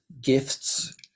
gifts